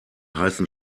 heißen